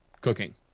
cooking